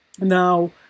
now